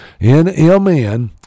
NMN